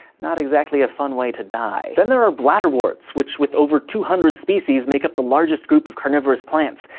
not exactly a fun way to die. then there are bladderworts which, with over two hundred species, make up the largest group of carnivorous plants.